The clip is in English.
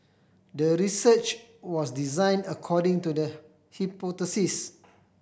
the research was design according to the hypothesis